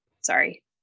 sorry